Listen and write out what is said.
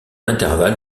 intervalle